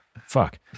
fuck